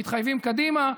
מתחייבים קדימה,